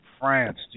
France